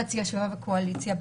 כשמרצ ישבה בקואליציה,